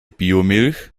biomilch